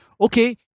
okay